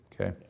okay